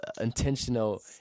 intentional